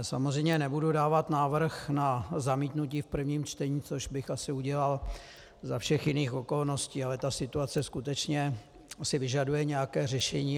Samozřejmě nebudu dávat návrh na zamítnutí v prvním čtení, což bych asi udělal za všech jiných okolností, ale ta situace si skutečně vyžaduje nějaké řešení.